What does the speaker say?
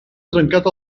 trencat